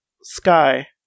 Sky